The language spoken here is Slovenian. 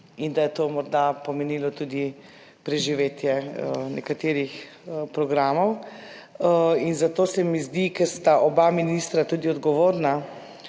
in da je to morda pomenilo tudi preživetje nekaterih programov. Zato se mi zdi, ker sta oba ministra tudi odgovorna